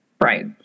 Right